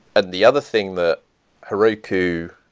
ah the other thing that heroku,